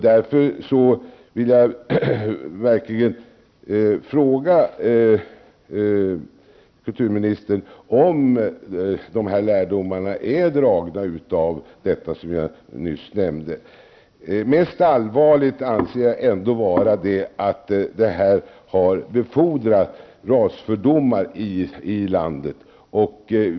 Därför vill jag verkligen fråga kulturministern om lärdom har dragits av det som jag nyss nämnt. Allvarligast är ändå, anser jag, att det här har befordrat rasfördomar i landet.